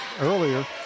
earlier